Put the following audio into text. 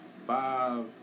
five